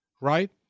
right